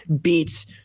beats